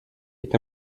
est